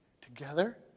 together